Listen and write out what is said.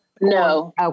No